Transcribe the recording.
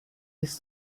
his